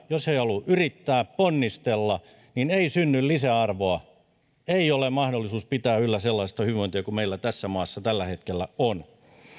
jos he eivät halua yrittää ja ponnistella niin ei synny lisäarvoa ja ei ole mahdollisuus pitää yllä sellaista hyvinvointia kuin meillä tässä maassa tällä hetkellä on